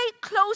close